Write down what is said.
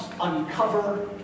uncover